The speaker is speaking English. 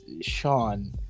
Sean